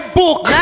book